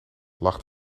lacht